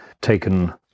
taken